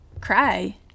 cry